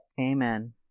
amen